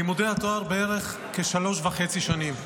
לימודי התואר בערך שלוש וחצי שנים.